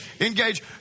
Engage